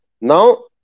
now